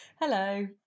Hello